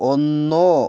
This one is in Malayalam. ഒന്നോ